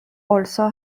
also